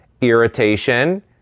irritation